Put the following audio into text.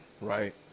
Right